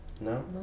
No